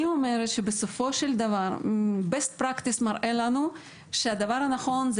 בסופו של דבר ה-Best practice מראה לנו שהדבר הנכון הוא